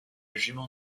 jument